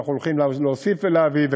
ואנחנו הולכים להוסיף ולהביא.